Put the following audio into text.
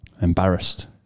embarrassed